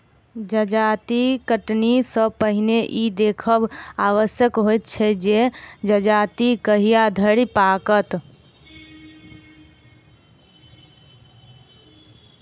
जजाति कटनी सॅ पहिने ई देखब आवश्यक होइत छै जे जजाति कहिया धरि पाकत